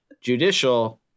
judicial